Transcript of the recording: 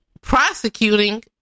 prosecuting